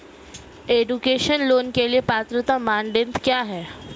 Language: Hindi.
एजुकेशन लोंन के लिए पात्रता मानदंड क्या है?